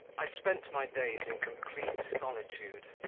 i spent my days in complete solitude,